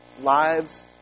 lives